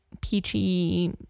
peachy